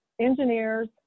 engineers